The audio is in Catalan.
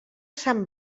sant